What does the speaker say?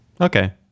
Okay